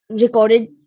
recorded